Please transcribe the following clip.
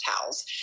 towels